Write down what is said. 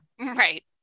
Right